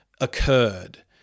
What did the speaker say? occurred